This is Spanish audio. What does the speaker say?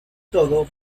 todo